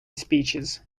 speeches